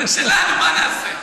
זה שלנו, מה נעשה.